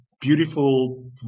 beautiful